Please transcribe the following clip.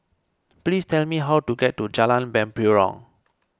please tell me how to get to Jalan Mempurong